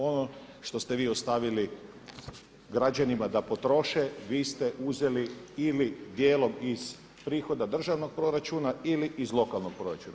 Ono što ste vi ostavili građanima da potroše vi ste uzeli ili dijelom iz prihoda državnog proračuna ili iz lokalnog proračuna.